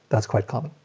that's quite common.